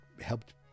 helped